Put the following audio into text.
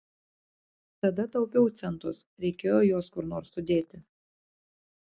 tada taupiau centus reikėjo juos kur nors sudėti